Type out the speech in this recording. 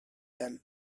them